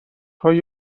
های